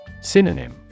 Synonym